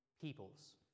peoples